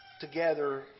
together